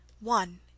one